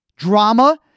drama